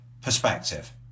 perspective